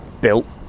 built